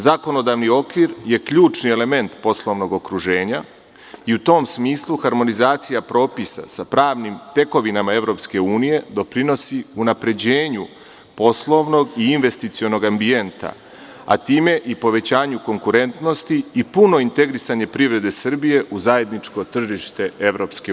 Zakonodavni okvir je ključni element poslovnog okruženja i u tom smislu harmonizacija propisa sa pravnim tekovinama EU doprinosi unapređenju poslovnog i investicionog ambijenta, a time i povećanju konkurentnosti i puno integrisanje privrede Srbije u zajedničko tržište EU.